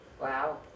Wow